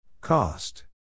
Cost